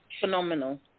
Phenomenal